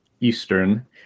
Eastern